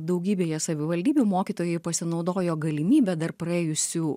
daugybėje savivaldybių mokytojai pasinaudojo galimybe dar praėjusių